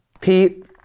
Pete